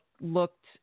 Looked